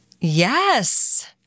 Yes